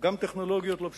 גם טכנולוגיות לא פשוטות.